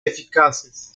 eficaces